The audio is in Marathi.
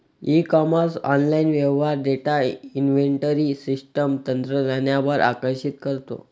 ई कॉमर्स ऑनलाइन व्यवहार डेटा इन्व्हेंटरी सिस्टम तंत्रज्ञानावर आकर्षित करतो